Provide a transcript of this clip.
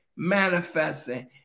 manifesting